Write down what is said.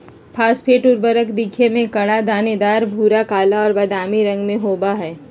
phosphate उर्वरक दिखे में कड़ा, दानेदार, भूरा, काला और बादामी रंग के होबा हइ